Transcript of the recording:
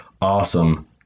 awesome